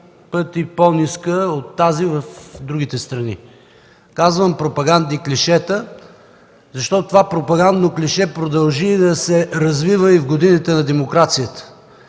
пъти по-ниска от тази в другите страни. Казвам „пропагандни клишета”, защото това пропагандно клише продължи да се развива и в годините на демокрацията.